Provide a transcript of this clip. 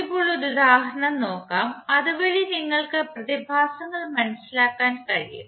ഇപ്പോൾ നമുക്ക് ഒരു ഉദാഹരണം നോക്കാം അതുവഴി നിങ്ങൾക്ക് പ്രതിഭാസങ്ങൾ മനസ്സിലാക്കാൻ കഴിയും